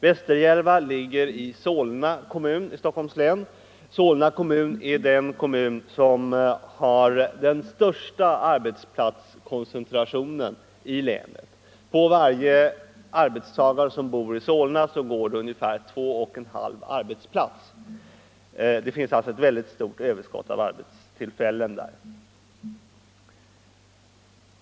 Västerjärva ligger i Solna kommun i Stockholms län. Solna är den kommun som har den största arbetsplatskoncentrationen i länet. På varje arbetstagare som bor i Solna går det ungefär två och en halv arbetsplats. Det finns alltså ett synnerligen stort överskott av arbetstillfällen där.